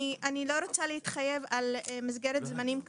אני לא רוצה להתחייב על מסגרת זמנים כזו,